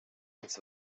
ins